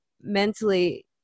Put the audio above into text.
mentally